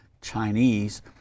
Chinese